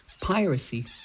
Piracy